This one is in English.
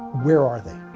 where are they?